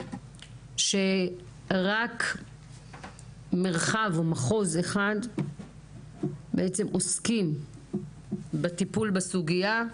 שרק מרחב או מחוז אחד בעצם עוסקים בטיפול בסוגיה.